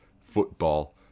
football